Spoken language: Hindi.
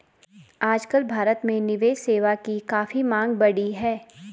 आजकल भारत में निवेश सेवा की काफी मांग बढ़ी है